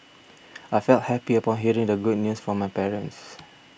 I felt happy upon hearing the good news from my parents